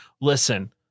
Listen